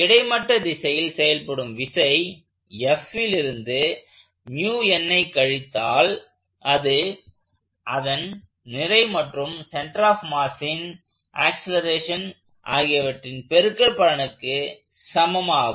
கிடைமட்ட திசையில் செயல்படும் விசை Fலிருந்து ஐ கழித்தால் அது அதன் நிறை மற்றும் சென்டர் ஆஃப் மாஸின் ஆக்சலேரேஷன் ஆகிவற்றின் பெருக்கற்பலனுக்கு சமம் ஆகும்